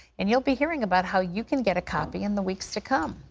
and you'll be hearing about how you can get a copy in the weeks to come.